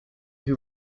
who